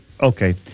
okay